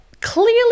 clearly